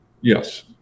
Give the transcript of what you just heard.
yes